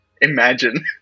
Imagine